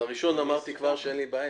עם הראשון, אמרתי כבר שאין לי בעיה.